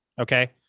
okay